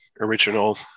original